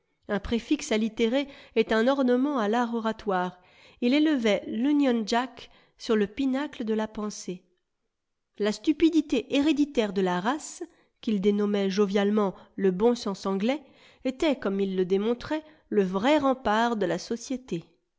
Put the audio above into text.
un préfixe allitéré est un ornement à l'art oratoire il élevait lunion jack sur le pinacle de la pensée la stupidité héréditaire de la race qu'il dénommait jovialement le bon sens anglais était comme il le démontrait le vrai rempart de la société